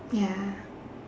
ya